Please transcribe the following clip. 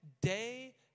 day